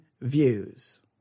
views